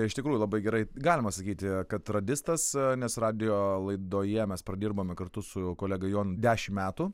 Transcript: tikrųjų labai gerai galima sakyti kad radistas nes radijo laidoje mes pradirbome kartu su kolega jonu dešimt metų